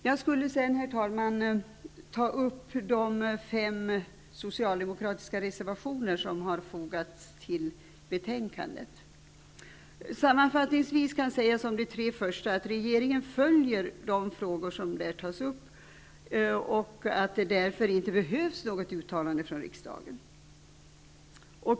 Jag skulle sedan, herr talman, vilja ta upp de fem socialdemokratiska reservationer som har fogats till betänkandet. Sammanfattningsvis kan sägas om de tre första att regeringen följer de frågor som tas upp i reservationerna, och att det därför inte behövs något uttalande från riksdagen.